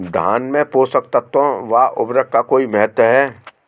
धान में पोषक तत्वों व उर्वरक का कोई महत्व है?